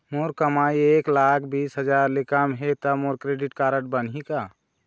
मोर कमाई एक लाख बीस हजार ले कम हे त मोर क्रेडिट कारड बनही का?